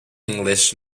english